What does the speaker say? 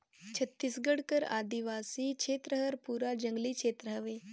छत्तीसगढ़ कर आदिवासी छेत्र हर पूरा जंगली छेत्र हवे